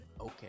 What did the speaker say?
Okay